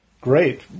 Great